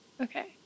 Okay